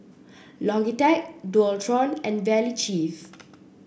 Logitech Dualtron and Valley Chef